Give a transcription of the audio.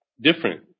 different